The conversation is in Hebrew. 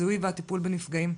הזיהוי והטיפול בנפגעים.